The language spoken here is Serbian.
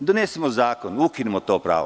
Donesimo zakon, ukinimo to pravo.